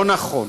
לא נכון,